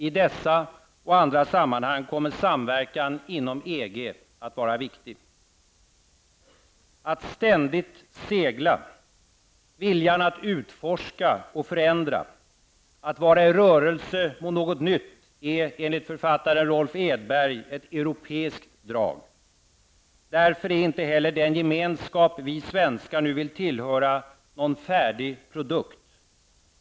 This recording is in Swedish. I dessa och andra sammanhang kommer samverkan inom EG att vara viktig. Att ständigt segla, att vilja utforska och förändra, att vara i rörelse mot något nytt är, enligt författaren Rolf Edberg, ett europeiskt drag. Därför är inte heller den gemenskap vi svenskar nu vill tillhöra någon färdig produkt.